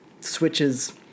switches